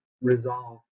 resolve